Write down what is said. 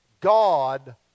God